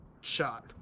shot